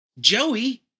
Joey